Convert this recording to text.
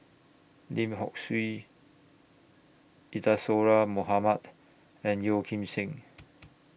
Lim Hock Siew Isadhora Mohamed and Yeo Kim Seng